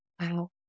Wow